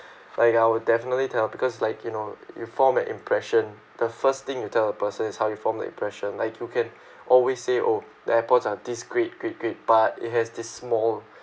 like I will definitely tell because like you know you form an impression the first thing you tell a person is how you form the impression like you can always say oh the Apple's are this great great great but it has this small